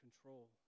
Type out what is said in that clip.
control